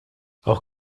auch